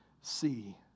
see